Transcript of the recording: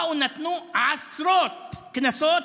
באו ונתנו עשרות קנסות.